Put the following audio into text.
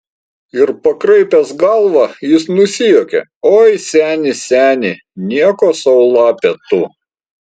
ir pakraipęs galvą jis nusijuokė oi seni seni nieko sau lapė tu